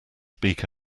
speak